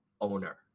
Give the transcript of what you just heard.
owner